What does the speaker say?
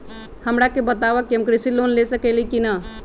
हमरा के बताव कि हम कृषि लोन ले सकेली की न?